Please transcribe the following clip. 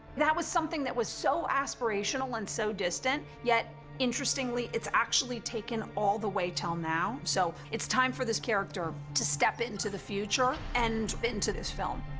that was something that was so aspirational and so distant, yet interestingly, it's actually taken all the way till now. so, it's time for this character to step into the future, and into this film.